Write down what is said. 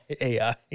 AI